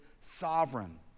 sovereign